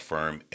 Firm